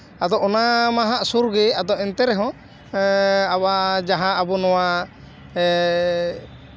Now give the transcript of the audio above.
ᱟᱫᱚ ᱚᱱᱟ ᱢᱟᱦᱟᱜ ᱥᱩᱨ ᱜᱮ ᱟᱫᱚ ᱮᱱᱛᱮ ᱨᱮᱦᱚᱸ ᱟᱵᱟᱨ ᱟᱵᱚ ᱡᱟᱦᱟᱸ